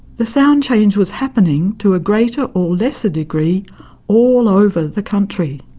the sound change was happening to a greater or lesser degree all over the country.